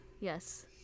Yes